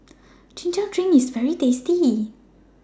Chin Chow Drink IS very tasty